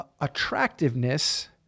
Attractiveness